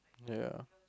ya